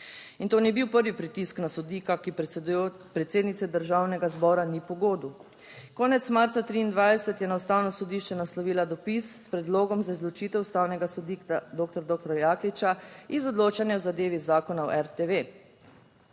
In to ni bil prvi pritisk na sodnika, ki predsednice Državnega zbora ni po godu, konec marca 2023 je na Ustavno sodišče naslovila dopis s predlogom za izločitev ustavnega doktor doktorja Jakliča iz odločanja o zadevi Zakona o RTV.